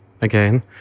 Again